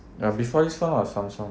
ya before this [one] was Samsung